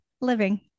living